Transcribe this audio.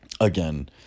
again